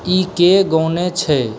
ई के गओने छै